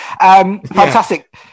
fantastic